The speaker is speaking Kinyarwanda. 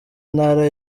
ntara